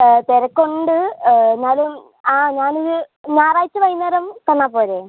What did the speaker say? തിരക്കുണ്ട് എന്നാലും ആ ഞാനൊര് ഞായറാഴ്ച്ച വൈകുന്നേരം തന്നാൽ പോരെ